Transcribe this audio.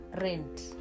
rent